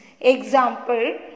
Example